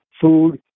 food